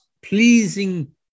pleasing